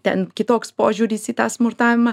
ten kitoks požiūris į tą smurtavimą